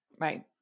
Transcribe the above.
Right